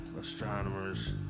astronomers